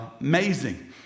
amazing